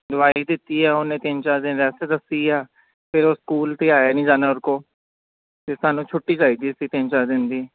ਦਵਾਈ ਦਿੱਤੀ ਆ ਉਹਨੇ ਤਿੰਨ ਚਾਰ ਦਿਨ ਰੈਸਟ ਦੱਸੀ ਆ ਫਿਰ ਉਹ ਸਕੂਲ ਤਾਂ ਆਇਆ ਨਹੀਂ ਜਾਣਾ ਉਹਦੇ ਕੋਲ ਤਾਂ ਸਾਨੂੰ ਛੁੱਟੀ ਚਾਹੀਦੀ ਸੀ ਤਿੰਨ ਚਾਰ ਦਿਨ ਦੀ